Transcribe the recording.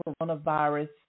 coronavirus